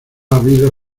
habido